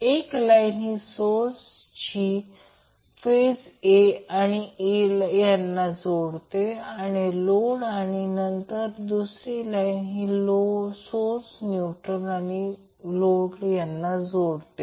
तर एक लाईन ही सोर्स ची फेज A ते A यांना जोडते आणि लोड आणि नंतर दुसरी लाईन ही सोर्स न्यूट्रल आणि लोड यांना जोडते